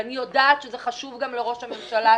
אני יודעת שזה חשוב גם לראש הממשלה.